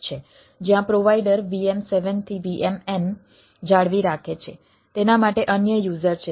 જ્યાં provider VM7 થી VMn જાળવી રાખે છે તેના માટે અન્ય યુઝર છે